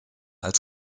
als